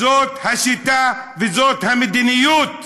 זאת השיטה, וזאת המדיניות.